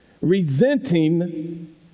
resenting